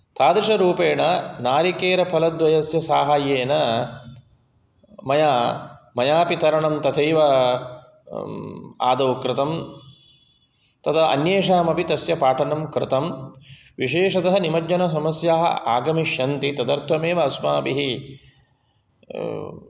तादृशरूपेण नारिकेलफलद्वयस्य साहाय्येन मया मयापि तरणं तथैव आदौ कृतं तदा अन्येषामपि तस्य पाठनं कृतं विशेषतः निमज्जनसमस्याः आगमिष्यन्ति तदर्थमेव अस्माभिः